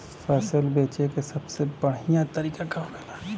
फसल बेचे का सबसे बढ़ियां तरीका का होखेला?